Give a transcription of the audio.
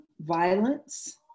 violence